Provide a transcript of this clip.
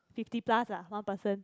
fifty plus ah one person